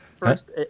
first